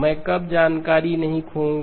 मैं कब जानकारी नहीं खोऊंगा